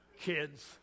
kids